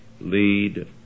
lead